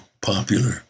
popular